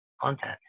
content